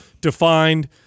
Defined